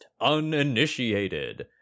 Uninitiated